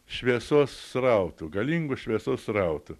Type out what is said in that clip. šviesos srautų galingų šviesos srautų